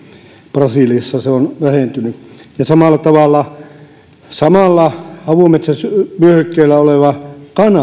brasiliassa se on vähentynyt ja samalla havumetsävyöhykkeellä olevassa